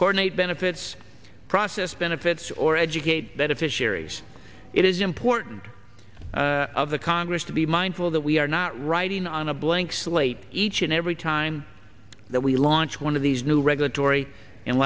coordinate benefits process benefits or educate beneficiaries it is important of the congress to be mindful that we are not writing on a blank slate each and every time that we launch one of these new regulatory and